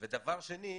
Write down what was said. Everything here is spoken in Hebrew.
ושנית,